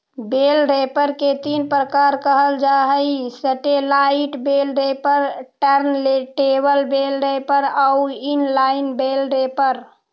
बेल wrapper के तीन प्रकार कहल जा हई satellite bale wrapper, turntable bale wrapper आउ इन लाइन बेल रैपर